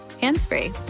hands-free